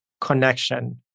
connection